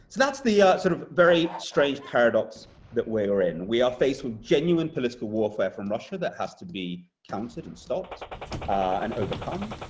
that's the ah sort of very strange paradox that we're in. we are faced with genuine political warfare from russia that has to be countered and stopped and overcome.